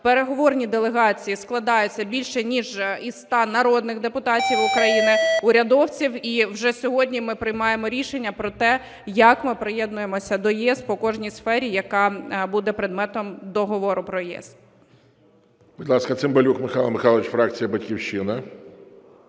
Переговорні делегації складаються більше ніж із 100 народних депутатів України, урядовців. І вже сьогодні ми приймаємо рішення про те, як ми приєднуємося до ЄС по кожній сфері, яка буде предметом договору про ЄС. ГОЛОВУЮЧИЙ. Будь ласка, Цимбалюк Михайло Михайлович, фракція "Батьківщина".